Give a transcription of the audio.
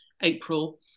April